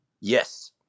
Yes